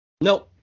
No